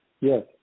Yes